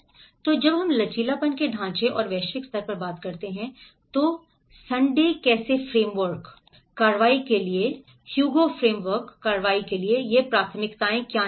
इसलिए जब हम लचीलापन के ढांचे और वैश्विक स्तर पर बात करते हैं तो संडे कैसे फ्रेमवर्क कार्रवाई के लिए ह्यूगो फ्रेमवर्क कार्रवाई के लिए ये प्राथमिकताएं क्या हैं